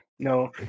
No